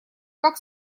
как